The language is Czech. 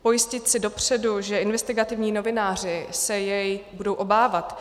Pojistit si dopředu, že investigativní novináři se jej budou obávat.